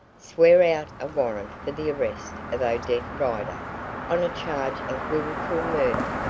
swear out a warrant for the arrest of odette rider on a charge of wilful murder.